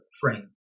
frame